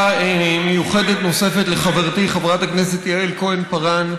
הערכה מיוחדת נוספת לחברתי חברת הכנסת יעל כהן-פארן,